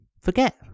forget